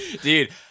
Dude